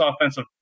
offensive